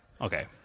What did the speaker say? Okay